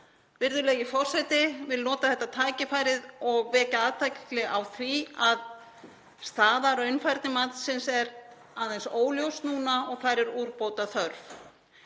Virðulegi forseti. Ég vil nota þetta tækifæri og vekja athygli á því að staða raunfærnimatsins er aðeins óljós núna og þar er úrbóta þörf.